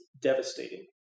devastating